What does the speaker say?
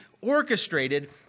orchestrated